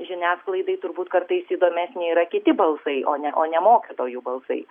žiniasklaidai turbūt kartais įdomesni yra kiti balsai o ne o ne mokytojų balsai